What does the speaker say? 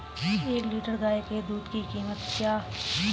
एक लीटर गाय के दूध की कीमत क्या है?